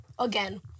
Again